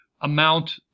amount